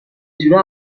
جوره